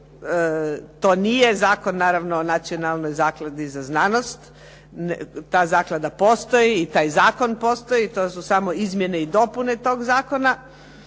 to nije zakon naravno o nacionalnoj zakladi za znanost, ta zaklada postoji i taj zakon postoji to su samo izmjene i dopune toga zakona.